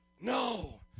No